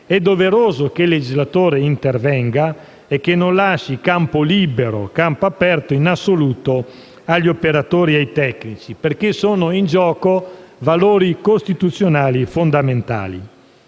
è doveroso che il legislatore intervenga e che non lasci campo libero e aperto in assoluto agli operatori e ai tecnici, perché sono in gioco valori costituzionali fondamentali.